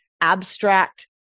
abstract